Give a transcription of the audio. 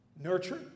nurture